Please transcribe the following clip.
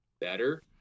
better